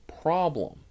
problem